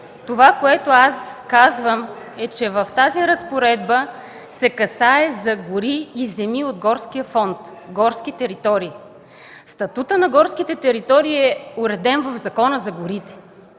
Това, което казвам, е, че в тази разпоредба се касае за гори и земи от горския фонд – горски територии. Статутът на горските територии е уреден в Закона за горите.